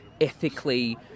ethically